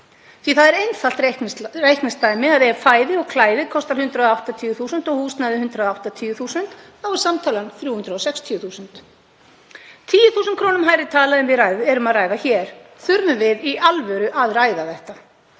að það er einfalt reikningsdæmi að ef fæði og klæði kostar 180.000 og húsnæði 180.000 þá er samtalan 360.000, 10.000 kr. hærri tala en við erum að ræða hér. Þurfum við í alvöru að ræða þetta?